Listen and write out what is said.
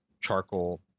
charcoal